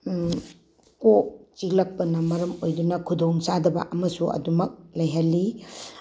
ꯀꯣꯛ ꯆꯤꯛꯂꯛꯄꯅ ꯃꯔꯝ ꯑꯣꯏꯗꯨꯅ ꯈꯨꯗꯣꯡ ꯆꯥꯗꯕ ꯑꯃꯁꯨ ꯑꯗꯨꯃꯛ ꯂꯩꯍꯜꯂꯤ